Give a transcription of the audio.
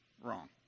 Wrong